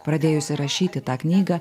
pradėjusi rašyti tą knygą